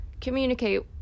communicate